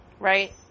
Right